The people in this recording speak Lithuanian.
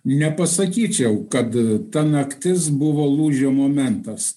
nepasakyčiau kad ta naktis buvo lūžio momentas